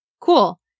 Cool